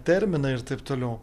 terminą ir taip toliau